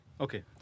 Okay